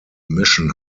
mission